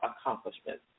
accomplishments